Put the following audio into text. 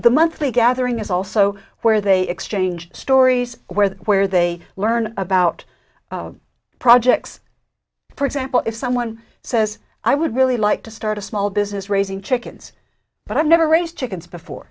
the monthly gathering is also where they exchange stories where they where they learn about projects for example if someone says i would really like to start a small business raising chickens but i've never raised chickens before